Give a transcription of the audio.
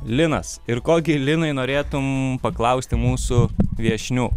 linas ir ko gi linui norėtum paklausti mūsų viešnių